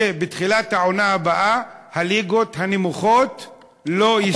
שבתחילת העונה הבאה הליגות הנמוכות לא ישתתפו במימון.